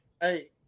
Hey